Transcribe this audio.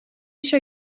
show